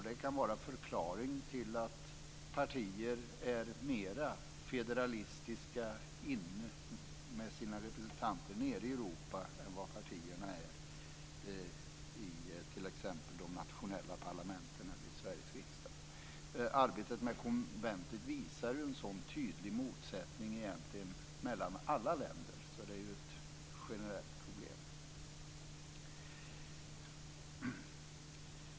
Det kan vara en förklaring till att partierna är mera federalistiska med sina representanter nere i Europa än vad partierna är på de nationella parlamenten eller i Sveriges riksdag. Arbetet med konventet visar en tydlig motsättning i alla länder, så det är ett generellt problem.